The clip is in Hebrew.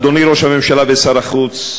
אדוני ראש הממשלה ושר החוץ,